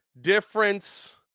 difference